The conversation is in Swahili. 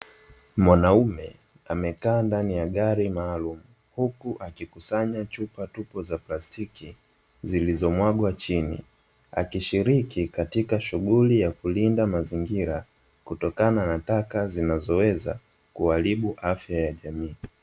Mwanaume amekaa ndani ya gari maalumu huku akikusanya chupa tupu za plastiki zilizomwaga chini, akishiriki katika shughuli ya kulinda mazingira, kutokana na taka zinazoweza kuharibu afya ya jamii.